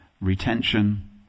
retention